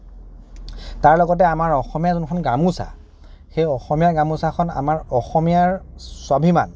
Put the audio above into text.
তাৰ লগতে আমাৰ অসমীয়া যোনখন গামোচা সেই অসমীয়া গামোচাখন আমাৰ অসমীয়াৰ স্বাভিমান